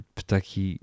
ptaki